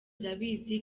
irabizi